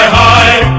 high